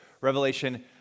Revelation